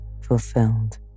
fulfilled